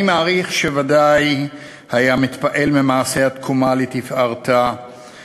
אני מעריך שוודאי היה מתפעל ממעשה התקומה לתפארתה,